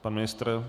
Pan ministr?